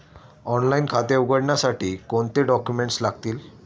Online खाते उघडण्यासाठी कोणते डॉक्युमेंट्स लागतील?